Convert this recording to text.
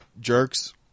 jerks